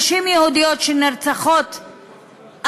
יומיים היה מה שנקרא "יום